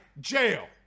jail